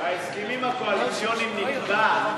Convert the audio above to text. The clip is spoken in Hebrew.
בהסכמים הקואליציוניים נקבע,